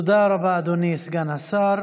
תודה רבה, אדוני סגן השר.